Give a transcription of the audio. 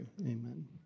Amen